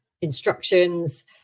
instructions